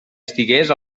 estigués